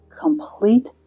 complete